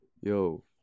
Yo